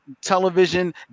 television